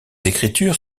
écritures